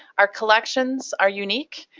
our collections are unique.